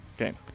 Okay